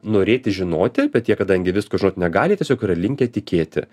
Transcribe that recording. norėti žinoti bet jie kadangi visko žinot negali tiesiog yra linkę tikėti